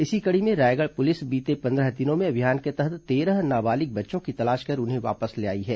इसी कड़ी में रायगढ़ पुलिस बीते पंद्रह दिनों में अभियान के तहत तेरह नाबालिग बच्चों की तलाश कर उन्हें वापस लाई है